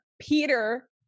peter